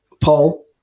Paul